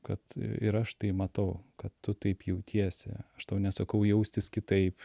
kad ir aš tai matau kad tu taip jautiesi aš tau nesakau jaustis kitaip